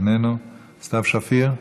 איננו, סתיו שפיר,